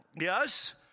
Yes